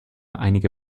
einige